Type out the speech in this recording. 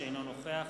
אינו נוכח